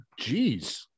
Jeez